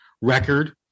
record